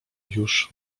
już